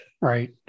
Right